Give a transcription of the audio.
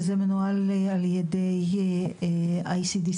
אשר מנוהל על ידי ה-ICDC